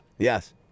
Yes